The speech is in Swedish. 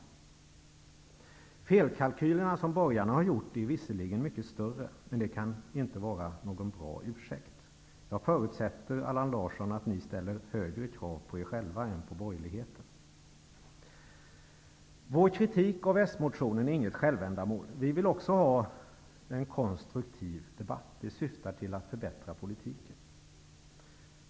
De felkalkyler som borgarna gjort är visserligen mycket större, men det kan inte vara någon bra ursäkt. Jag förutsätter att ni ställer, Allan Larsson, högre krav på er själva än på borgerligheten. Vår kritik av s-motionen är inget självändamål. Vi vill också ha en konstruktiv debatt. Den syftar till att förbättra politiken.